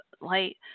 light